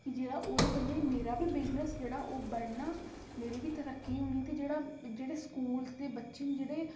की जेह्ड़ा ओह्दे कन्नै मेरा बी बिज़नेस जेह्ड़ा ओह् बधना ते मेरी बी तरक्की होनी ते जेह्ड़ा स्कूल दे बच्चे न जेह्ड़े